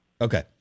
Okay